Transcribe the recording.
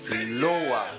lower